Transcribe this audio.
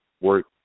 work